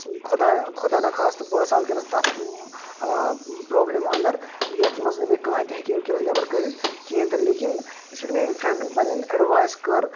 خۄدایہ خۄدا نا خاستہٕ بہٕ آسہٕ ہا وٕنکٮ۪س تَتھ پرٛابلِم اَندَر یَتھ منٛز نہٕ مےٚ کٕہٲنۍ تہِ ہیٚکہِ ہا وٕنکٮ۪نَس نٮ۪بَر کٔڈِتھ کِہینۍ تہِ نہٕ لیکن یِژھ پھِرِ مےٚ یمۍ فرٛیٚنٛڈَن پَنٕںۍ اٮ۪ڈوایس کٔر